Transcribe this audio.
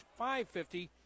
$5.50